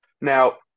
Now